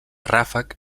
ràfec